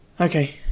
Okay